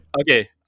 okay